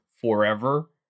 forever